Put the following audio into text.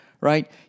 right